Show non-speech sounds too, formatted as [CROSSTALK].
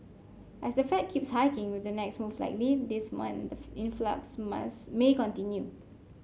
as the Fed keeps hiking with the next move likely this month the [UNINTELLIGIBLE] influx mass may continue